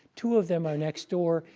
two of them are next door.